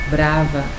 Brava